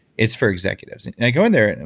it's for executives. i go in there and i'm